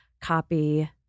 copy